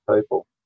people